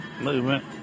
movement